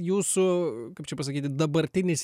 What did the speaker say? jūsų kaip čia pasakyti dabartinis